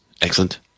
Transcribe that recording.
Excellent